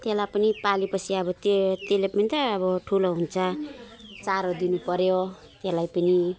त्यसलाई पनि पाले पछि अब त्यो त्यसले पनि त अब ठुलो हुन्छ चारो दिनु पर्यो त्यसलाई पनि